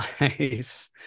Nice